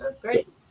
Great